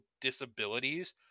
disabilities